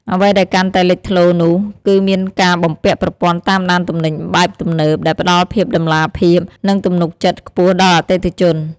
អ្វីដែលកាន់តែលេចធ្លោនោះ គឺមានការបំពាក់ប្រព័ន្ធតាមដានទំនិញបែបទំនើប ដែលផ្ដល់ភាពតម្លាភាព និងទំនុកចិត្តខ្ពស់ដល់អតិថិជន។